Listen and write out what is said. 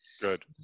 Good